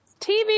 TV